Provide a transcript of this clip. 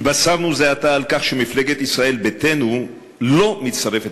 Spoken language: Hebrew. התבשרנו זה עתה על כך שמפלגת ישראל ביתנו לא מצטרפת